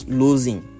losing